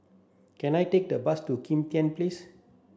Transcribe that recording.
can I take the bus to Kim Tian Place